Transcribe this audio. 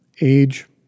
Age